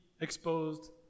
exposed